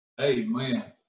amen